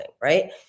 right